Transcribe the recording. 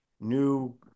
new